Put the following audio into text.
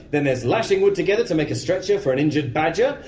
then there's lashing wood together to make a stretcher for an injured badger,